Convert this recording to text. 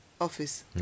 Office